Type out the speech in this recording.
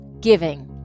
giving